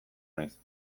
naiz